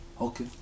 okay